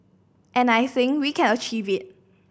and I think we can achieve it